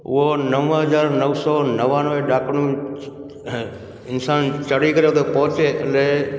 उहो नव हज़ार नव सौ नवानवे ॾाकिणियूं इंसान चढ़ी करे उते पहुचे ते